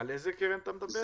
על איזה קרן אתה מדבר?